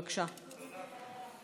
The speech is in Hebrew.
בבקשה,